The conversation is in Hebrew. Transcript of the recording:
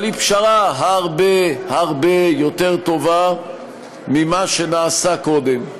אבל היא פשרה הרבה הרבה יותר טובה ממה שנעשה קודם.